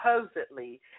supposedly